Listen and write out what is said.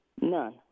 None